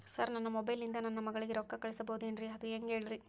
sir ನನ್ನ mobile ಇಂದ ನನ್ನ ಮಗಳಿಗೆ ರೊಕ್ಕಾ ಕಳಿಸಬಹುದೇನ್ರಿ ಅದು ಹೆಂಗ್ ಹೇಳ್ರಿ